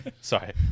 sorry